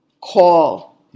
call